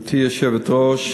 גברתי היושבת-ראש,